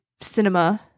cinema